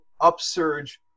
upsurge